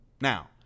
Now